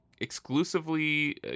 exclusively